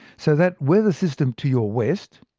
so that weather system to your west,